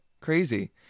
Crazy